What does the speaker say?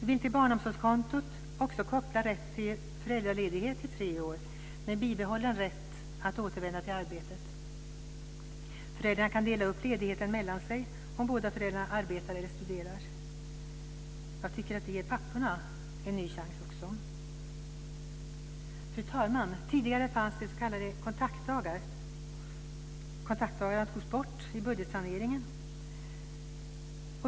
Vi vill till barnomsorgskontot också koppla rätt till föräldraledighet i tre år med bibehållen rätt att återvända till arbetet. Föräldrarna kan dela upp ledigheten mellan sig om båda föräldrarna arbetar eller studerar. Jag tycker att det ger papporna en ny chans. Fru talman! Tidigare fanns s.k. kontaktdagar. De togs bort vid budgetsaneringen.